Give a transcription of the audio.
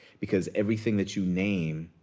because everything that you name